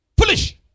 Foolish